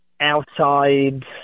outside